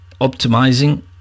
optimizing